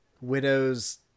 Widow's